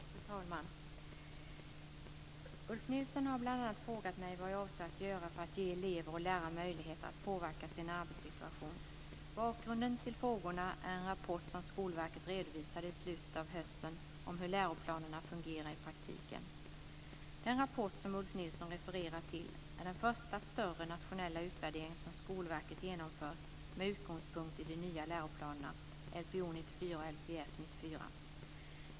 Fru talman! Ulf Nilsson har bl.a. frågat mig vad jag avser göra för att ge elever och lärare möjligheter att påverka sin arbetssituation. Bakgrunden till frågorna är en rapport som Skolverket redovisade i slutet av hösten om hur läroplanerna fungerar i praktiken. Den rapport som Ulf Nilsson refererar till är den första större nationella utvärdering som Skolverket genomfört med utgångspunkt i de nya läroplanerna, Lpo94 och Lpf94.